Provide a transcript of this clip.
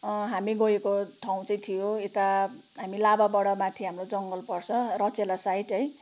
हामी गएको ठाउँ चाहिँ थियो यता हामी लाभाबाट माथि हाम्रो जङ्गल पर्छ रचेला साइड है